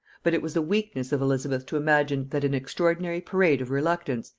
but it was the weakness of elizabeth to imagine, that an extraordinary parade of reluctance,